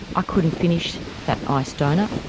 i couldn't finish that iced donut,